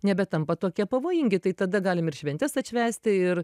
nebetampa tokie pavojingi tai tada galim ir šventes atšvęsti ir